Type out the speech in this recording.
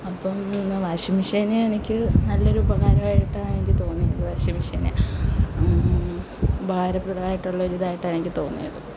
അപ്പം വാഷിംഗ് മെഷീന് എനിക്ക് നല്ലൊരുപകാരവായിട്ടാണ് എനിക്ക് തോന്നി വാഷിംഗ് മെഷീന് ഉപകാരപ്രദമായിട്ടുള്ള ഒരിതായിട്ടാണ് എനിക്ക് തോന്നിയത്